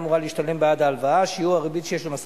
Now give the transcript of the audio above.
נמנעים, אין.